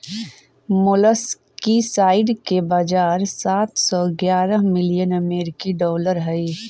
molluscicide के बाजार सात सौ ग्यारह मिलियन अमेरिकी डॉलर हई